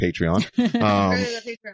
Patreon